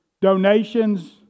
donations